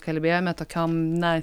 kalbėjome tokiam na